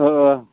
औ औ